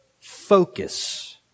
focus